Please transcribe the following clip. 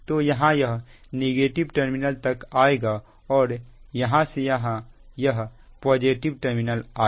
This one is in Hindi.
तो यहां यह नेगेटिव टर्मिनल तक आएगा और यहां से यह पॉजिटिव टर्मिनल आएगा